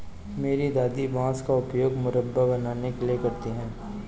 मेरी दादी बांस का उपयोग मुरब्बा बनाने के लिए करती हैं